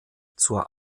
zur